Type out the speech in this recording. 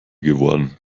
geworden